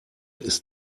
ist